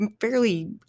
fairly